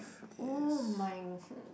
oh my